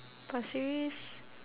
pasir ris